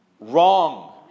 Wrong